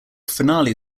finale